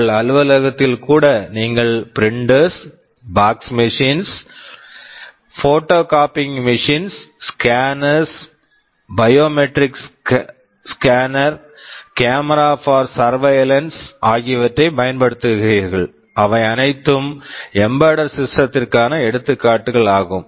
உங்கள் அலுவலகத்தில் கூட நீங்கள் printers printers fax machines faxmachines photocopying machines photocopying machines scanners scanners biometric scanner biometric scanner camera for surveillance cameras forsurveillance ஆகியவற்றைப் பயன்படுத்துகிறீர்கள் அவை அனைத்தும் எம்பெடெட் சிஸ்டம் embedded system திற்கான எடுத்துக்காட்டுகள் ஆகும்